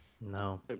No